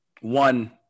one